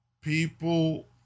People